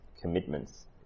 commitments